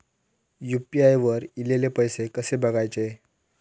UPI वर ईलेले पैसे कसे बघायचे?